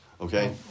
Okay